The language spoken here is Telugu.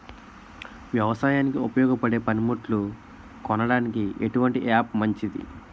వ్యవసాయానికి ఉపయోగపడే పనిముట్లు కొనడానికి ఎటువంటి యాప్ మంచిది?